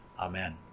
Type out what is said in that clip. Amen